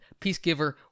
Peacegiver